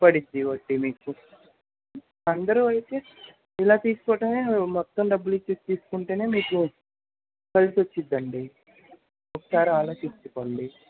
పడిద్ది వడ్డీ మీకు అందరూ అయితే ఇలా తీసుకోవటమే మొత్తం డబ్బులు ఇచ్చి తీసుకుంటేనే మీకు కలిసొస్తుందండి ఒకసారి ఆలోచించుకోండి